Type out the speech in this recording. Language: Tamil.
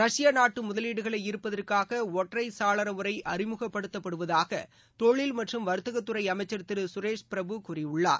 ரஷ்யா நாட்டு முதலீடுகளை ஈள்ப்பதற்காக ஒற்றை சாளர முறை அறிமுகப்படுத்தப்படுவதாக தொழில் மற்றும் வர்த்தகத் துறைஅமைச்சர் திரு சுரேஷ் பிரபு கூறியுள்ளார்